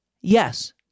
Yes